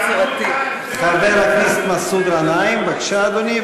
חבר הכנסת מסעוד גנאים, בבקשה, אדוני.